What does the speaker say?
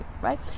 right